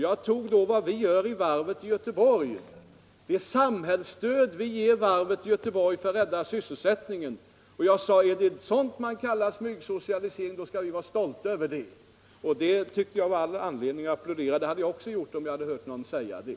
Jag tog som exempel varvet i Göteborg och det Årbetsmarknads politiken politiken stöd vi ger det varvet för att rädda sysselsättningen. Jag sade då att är det sådant man kallar smygsocialisering, skall vi vara stolta över det. Jag tyckte det var all anledning att applådera detta, jag hade också applåderat om jag hade hört någon säga det.